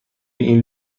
این